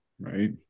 right